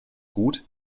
gut